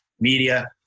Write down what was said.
media